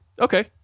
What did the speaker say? Okay